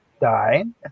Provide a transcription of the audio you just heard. dying